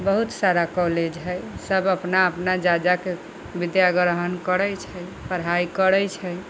बहुत सारा कॉलेज है सब अपना अपना जा जाके बिद्या ग्रहण करै छै पढ़ाई करै छै